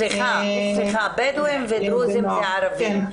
סליחה, בדואים ודרוזים זה ערבים.